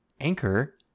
Anchor